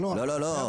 לא, לא.